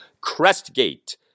Crestgate